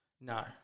No